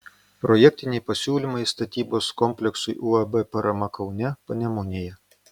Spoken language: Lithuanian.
projektiniai pasiūlymai statybos kompleksui uab parama kaune panemunėje